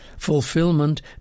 Fulfillment